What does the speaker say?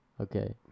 Okay